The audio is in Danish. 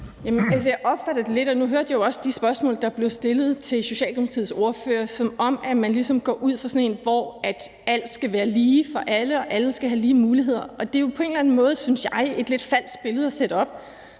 Heidi Bank (V): Jeg hørte jo også de spørgsmål, der blev stillet til Socialdemokratiets ordfører, som om man ligesom går ud fra, at alt skal være lige for alle, og at alle skal have lige muligheder. Og det er jo på en eller anden måde et lidt falsk billede at sætte op,